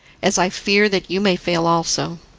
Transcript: as i fear that you may fail also.